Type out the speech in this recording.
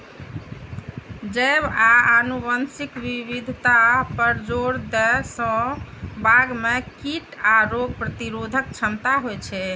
जैव आ आनुवंशिक विविधता पर जोर दै सं बाग मे कीट आ रोग प्रतिरोधक क्षमता होइ छै